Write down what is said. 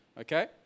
okay